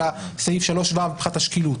אלא סעיף 3ו מבחינת השקילות,